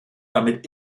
damit